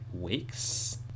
weeks